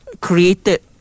created